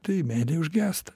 tai meilė užgęsta